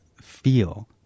feel